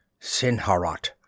Sinharat